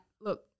look